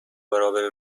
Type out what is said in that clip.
برابر